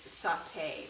saute